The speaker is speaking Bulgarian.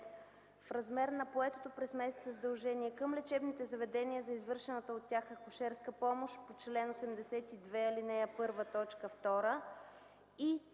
в размер на поетото през месеца задължение към лечебните заведения за извършената от тях акушерска помощ по чл. 82, ал.